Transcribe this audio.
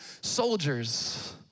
soldiers